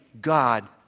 God